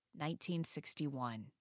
1961